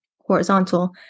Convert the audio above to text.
horizontal